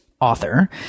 author